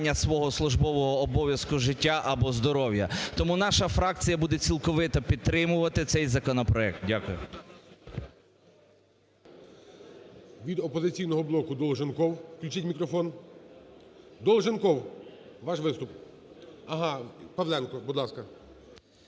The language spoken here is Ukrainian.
свого службового обов'язку життя або здоров'я. Тому наша фракція буде цілковито підтримувати цей законопроект. Дякую.